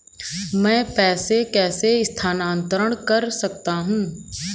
मैं पैसे कैसे स्थानांतरण कर सकता हूँ?